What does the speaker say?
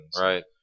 Right